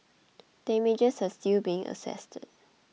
damages are still being assessed